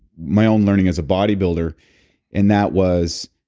my own learning as a bodybuilder and that was